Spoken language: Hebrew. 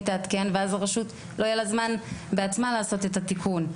תעדכן ואז לרשות לא יהיה זמן לעשות את התיקון.